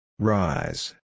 Rise